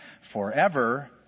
forever